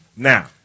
Now